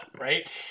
right